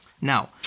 Now